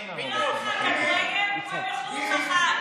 פינדרוס, רוצים שתעבור לנושא אחר.